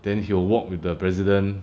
then he will walk with the president